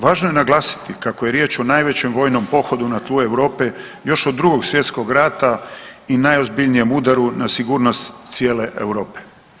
Važno je naglasiti kako je riječ o najvećem vojnom pohodu na tlu Europe, još od Drugog svjetskog rata i najozbiljnijem udaru na sigurnost cijele Europe.